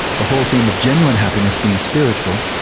the whole theme of genuine happiness being spiritual,